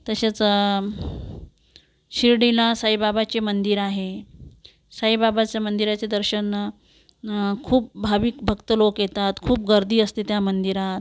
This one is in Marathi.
तसेच शिर्डीला साईबाबाचे मंदिर आहे साईबाबाचं मंदिराच्या दर्शन खूप भाविक भक्त लोक येतात खूप गर्दी असते त्या मंदिरात